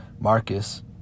marcus